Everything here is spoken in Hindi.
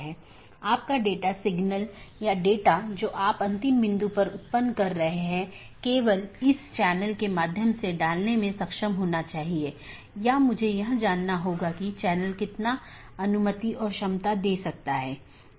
कुछ और अवधारणाएं हैं एक राउटिंग पॉलिसी जो महत्वपूर्ण है जोकि नेटवर्क के माध्यम से डेटा पैकेट के प्रवाह को बाधित करने वाले नियमों का सेट है